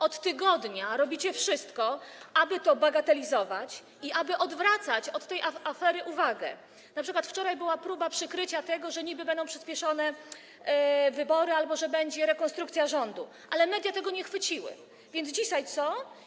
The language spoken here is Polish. Od tygodnia robicie wszystko, aby to bagatelizować i aby odwracać od tej afery uwagę, np. wczoraj była próba przykrycia tego, że niby będą przyspieszone wybory albo że będzie rekonstrukcja rządu, ale media tego nie chwyciły, więc dzisiaj co?